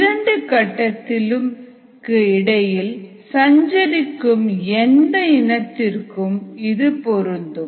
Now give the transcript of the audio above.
இரண்டு கட்டத்திற்கு இடையில் சஞ்சரிக்கும் எந்த இனத்திற்கும் இது பொருந்தும்